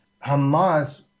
Hamas